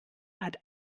hat